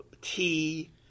tea